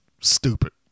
stupid